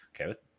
okay